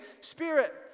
Spirit